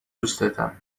دوستتم